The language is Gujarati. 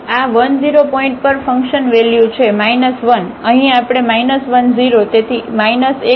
તેથી આ 1 0 પોઇન્ટ પર ફંકશન વેલ્યુ છે 1 અહીં આપણે 1 0 તેથી x માટે 1